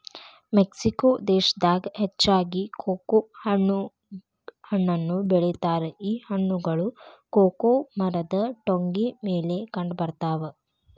Mexico ದೇಶದಾಗ ಹೆಚ್ಚಾಗಿ cocoa ಹಣ್ಣನ್ನು ಬೆಳಿತಾರ ಈ ಹಣ್ಣುಗಳು ಕೊಕೊ ಮರದ ಟೊಂಗಿ ಮೇಲೆ ಕಂಡಬರ್ತಾವ